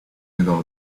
niego